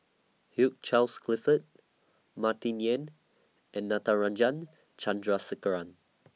Hugh Charles Clifford Martin Yan and Natarajan Chandrasekaran